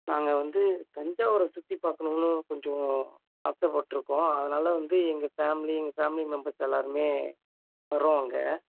நாங்கள் வந்து தஞ்சாவூரை சுற்றி பார்க்கணுன்னு கொஞ்சம் ஆசைப்பட்ருக்கோம் அதனால வந்து எங்கள் ஃபேமிலி எங்கள் ஃபேமிலி மெம்பர்ஸ் எல்லோருமே வரோம் அங்கே